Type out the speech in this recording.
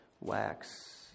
wax